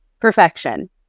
Perfection